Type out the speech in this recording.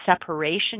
separation